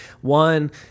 One